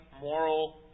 moral